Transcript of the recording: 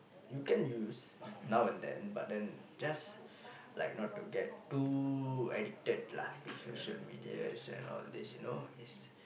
you can use now and then but then just like not to get too addicted lah to social medias and all these you know is